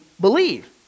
believe